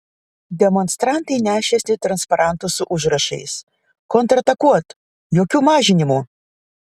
demonstrantai nešėsi transparantus su užrašais kontratakuot jokių mažinimų